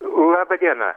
labą dieną